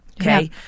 Okay